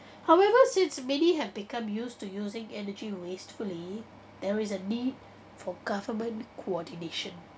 however since many have become used to using energy wastefully there is a need for government coordination